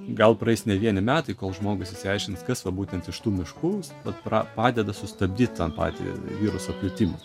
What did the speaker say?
gal praeis ne vieni metai kol žmogus išsiaiškins kas va būtent iš tų miškų vat pra padeda sustabdyt tą patį viruso plitimą